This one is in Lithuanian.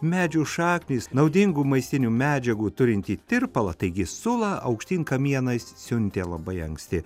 medžių šaknys naudingų maistinių medžiagų turintį tirpalą taigi sulą aukštyn kamienais siuntė labai anksti